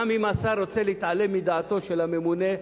גם אם השר רוצה להתעלם מדעתו של הממונה,